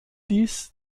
dies